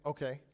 Okay